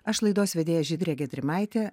aš laidos vedėja žydrė gedrimaitė